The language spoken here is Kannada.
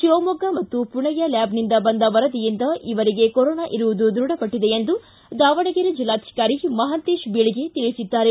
ಶಿವಮೊಗ್ಗ ಮತ್ತು ಪುಣೆಯ ಲ್ಯಾಬ್ನಿಂದ ಬಂದ ವರದಿಯಿಂದ ಇವರಿಗೆ ಕೊರೊನಾ ಇರುವುದು ದ್ವಢಪಟ್ಟಿದೆ ಎಂದು ದಾವಣಗೆರೆ ಜಿಲ್ಲಾಧಿಕಾರಿ ಮಹಾಂತೇಶ ಬೀಳಗಿ ತಿಳಿಸಿದ್ದಾರೆ